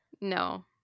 No